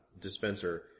dispenser